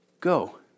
Go